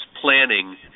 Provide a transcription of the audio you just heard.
planning